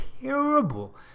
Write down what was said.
terrible